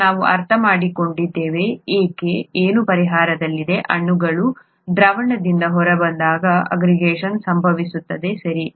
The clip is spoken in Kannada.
ಈಗ ನಾವು ಅರ್ಥಮಾಡಿಕೊಂಡಿದ್ದೇವೆ ಏಕೆ ಏನೋ ಪರಿಹಾರದಲ್ಲಿದೆ ಅಣುಗಳು ದ್ರಾವಣದಿಂದ ಹೊರಬಂದಾಗ ಆಗ್ರಿಗೇಷನ್ ಸಂಭವಿಸುತ್ತದೆ ಸರಿ